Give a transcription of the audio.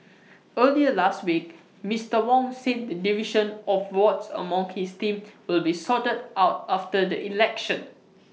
earlier last week Mister Wong said the division of wards among his team will be sorted out after the election